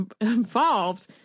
involved